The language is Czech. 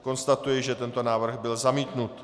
Konstatuji, že tento návrh byl zamítnut.